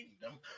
kingdom